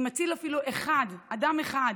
אם אציל אפילו אדם אחד